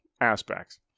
aspects